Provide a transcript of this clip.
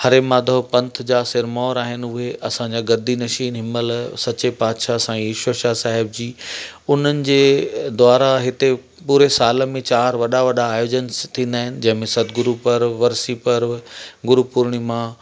हरे माधव पंथ जा सिरमोहर आहिनि उहे असांजा गद्दीनशीनु हिनमहिल सच्चे बादशाह साई ईश्वर साहिबु जी उन्हनि जी द्वारा हिते पूरे साल में चारि वॾा वॾा आयोजनु थींदा आहिनि जंहिंमें सतगुरु पर्व वर्सी पर्व गुरु पुर्णिमा